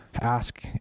ask